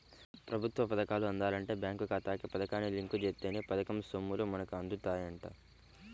ప్రభుత్వ పథకాలు అందాలంటే బేంకు ఖాతాకు పథకాన్ని లింకు జేత్తేనే పథకం సొమ్ములు మనకు అందుతాయంట